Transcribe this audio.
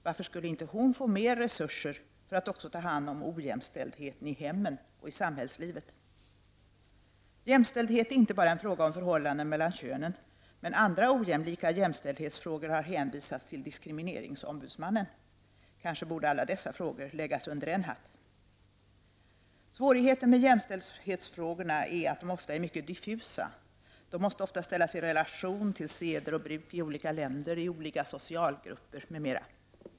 Varför skulle hon inte få mer resurser för att också ta hand om ojämställdheten i hemmen och i samhällslivet? Jämställdhet är inte bara en fråga om förhållanden mellan könen, men andra ojämlika jämställdhetsfrågor har hänvisats till diskrimineringsombudsmannen. Kanske borde alla dessa frågor läggas under en hatt. Svårigheter med jämställdhetsfrågorna är att de ofta är mycket diffusa. De måste ofta ställas i relation till seder och bruk i olika länder, i olika socialgrupper m.m.